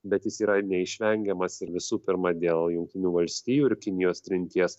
bet jis yra neišvengiamas ir visų pirma dėl jungtinių valstijų ir kinijos trinties